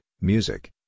music